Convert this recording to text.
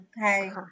Hi